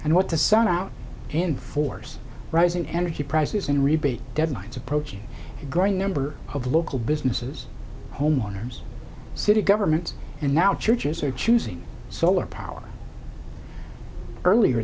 and what to send out in force rising energy prices and rebate deadlines approaching a growing number of local businesses homeowners city governments and now churches are choosing solar power earlier